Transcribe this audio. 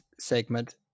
segment